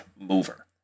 mover